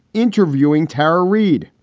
interviewing tara reid.